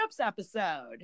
episode